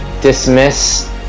dismiss